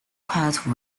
quite